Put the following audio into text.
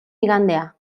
igandea